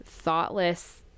thoughtless